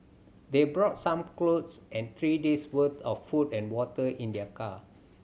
they brought some clothes and three days' worth of food and water in their car